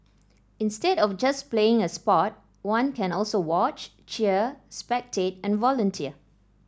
instead of just playing a sport one can also watch cheer spectate and volunteer